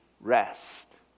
rest